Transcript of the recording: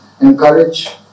encourage